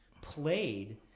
played